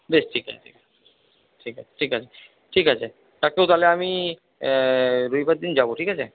বেশ ঠিক আছে ঠিক আছে ঠিক আছে ডাক্তারবাবু তালে আমি রবিবার দিন যাবো ঠিক আছে